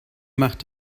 macht